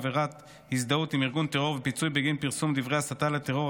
עבירת הזדהות עם ארגון טרור ופיצוי בגין פרסום דברי הסתה לטרור),